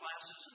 classes